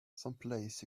someplace